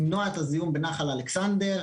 למנוע את הזיהום בנחל אלכסנדר,